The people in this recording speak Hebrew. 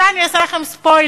עכשיו אני אעשה לכם ספוילר: